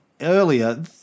earlier